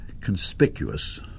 conspicuous